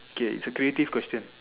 K it's a creative question